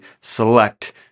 select